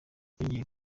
yongeye